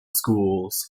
schools